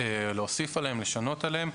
להוסיף עליהם ולשנות עליהם.